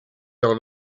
dans